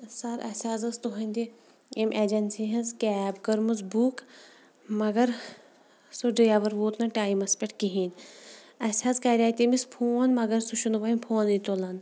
سَر اَسہِ حظ ٲس تُہٕںٛدِ ییٚمہِ ایجَنسی ہِنٛز کیب کٔرمٕژ بُک مگر سُہ ڈرٛیوَر ووت نہٕ ٹایمَس پٮ۪ٹھ کِہیٖنۍ اَسہِ حظ کَریاے تٔمِس فون مگر سُہ چھُنہٕ وۄنۍ فونٕے تُلان